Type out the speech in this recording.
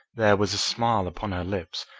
there was a smile upon her lips,